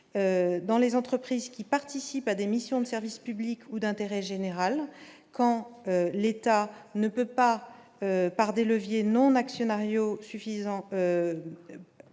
dans les entreprises qui participent à des missions de service public ou d'intérêt général, quand l'État ne peut pas par des leviers non actionnariat